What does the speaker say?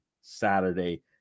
Saturday